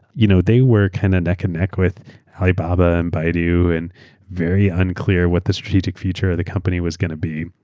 you know they were neck and neck with alibaba and baidu and very unclear what the strategic future of the company was going to be.